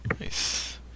Nice